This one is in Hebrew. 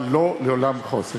אבל לא לעולם חוסן.